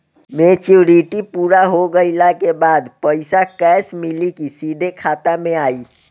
Maturity पूरा हो गइला के बाद पईसा कैश मिली की सीधे खाता में आई?